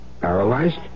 Paralyzed